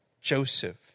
Joseph